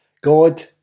God